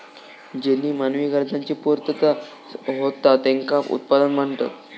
ज्येनीं मानवी गरजांची पूर्तता होता त्येंका उत्पादन म्हणतत